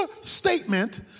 statement